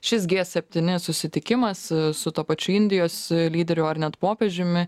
šis gie septyni susitikimas su tuo pačiu indijos lyderiu ar net popiežiumi